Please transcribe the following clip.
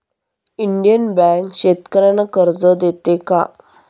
Indian bank शेतकर्यांना कर्ज देते का?